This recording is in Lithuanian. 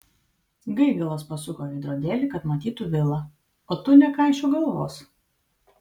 gaigalas pasuko veidrodėlį kad matytų vilą o tu nekaišiok galvos